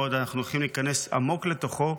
ועוד אנחנו הולכים להיכנס עמוק לתוכו,